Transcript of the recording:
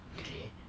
okay